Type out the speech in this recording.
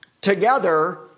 together